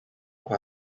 kwa